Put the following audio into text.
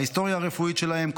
ההיסטוריה הרפואית שלהם,